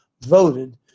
voted